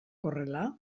horrela